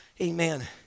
Amen